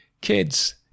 kids